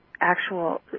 actual